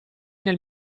nel